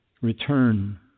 return